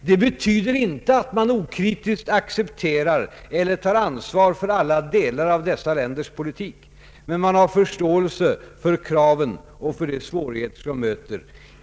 Det betyder inte att man okritiskt accepterar eller tar ansvar för alla delar av dessa länders politik. Men man har förståelse för kraven och för de svårigheter som möter.